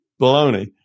baloney